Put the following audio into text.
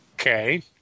okay